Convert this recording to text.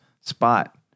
spot